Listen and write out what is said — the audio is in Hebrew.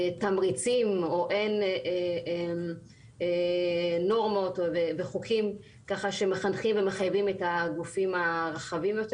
תמריצים או אין נורמות וחוקים שמחנכים ומחייבים את הגופים הרחבים יותר.